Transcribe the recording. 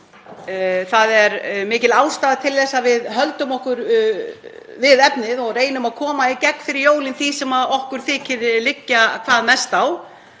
Það er mikil ástæða til að við höldum okkur við efnið og reynum að koma í gegn fyrir jólin því sem okkur þykir liggja hvað mest á